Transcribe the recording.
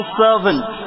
servant